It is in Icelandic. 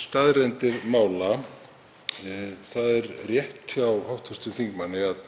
staðreyndir mála. Það er rétt hjá hv. þingmanni að